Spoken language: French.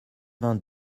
vingt